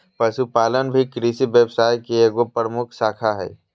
पशुपालन भी कृषि व्यवसाय के एगो प्रमुख शाखा हइ